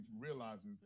realizes